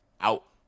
out